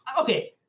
okay